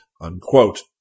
unquote